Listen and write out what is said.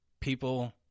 people